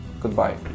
goodbye